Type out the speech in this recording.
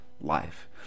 life